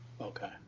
Okay